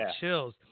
chills